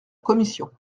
commission